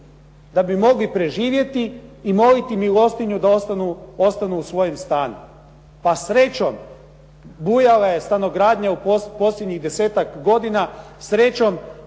da bi mogli preživjeti i moliti milostinju da ostanu u svojem stanu. Pa srećom, bujala je stanogradnja u posljednjih 10-ak godina, srećom,